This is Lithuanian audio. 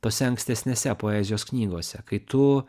tose ankstesnėse poezijos knygose kai tu